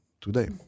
today